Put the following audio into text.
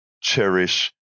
cherish